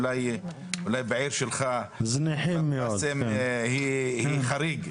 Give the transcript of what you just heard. אולי בעיר שלך, היא חריג.